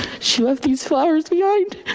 she left these flowers behind